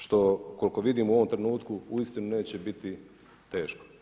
Što koliko vidim u ovom trenutku, uistinu neće biti teško.